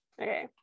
Okay